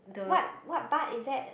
what what butt is that